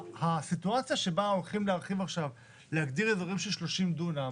הסיטואציה שבה הולכים להגדיר אזורים של 30 דונם